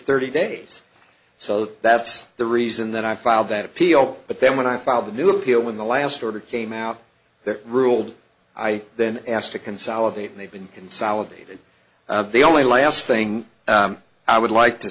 thirty days so that's the reason that i filed that appeal but then when i filed the new appeal when the last order came out that rule i then asked to consolidate and they've been consolidated they only last thing i would like to